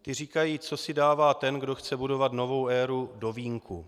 Ty říkají, co si dává ten, kdo chce budovat novou éru, do vínku.